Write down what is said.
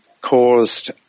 caused